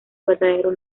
verdadero